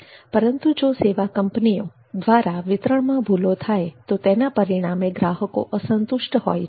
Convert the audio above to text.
પરંતુ જો સેવા કંપનીઓ દ્વારા વિતરણમાં ભૂલો થાય તો તેના પરિણામે ગ્રાહકો અસંતુષ્ટ હોય છે